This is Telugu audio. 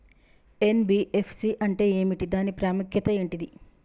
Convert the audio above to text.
ఎన్.బి.ఎఫ్.సి అంటే ఏమిటి దాని ప్రాముఖ్యత ఏంటిది?